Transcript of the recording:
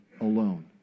alone